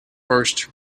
first